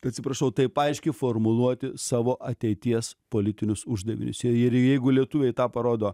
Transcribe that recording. atsiprašau taip aiškiai formuluoti savo ateities politinius uždavinius ie ir jeigu lietuviai tą parodo